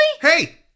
Hey